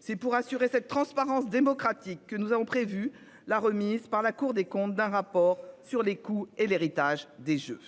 c'est pour assurer cette transparence démocratique, que nous avons prévu la remise par la Cour des comptes d'un rapport sur les coûts et l'héritage des Jeux.